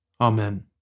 Amen